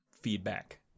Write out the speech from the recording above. feedback